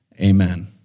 Amen